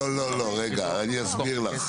רגע אני אסביר לך,